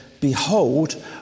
Behold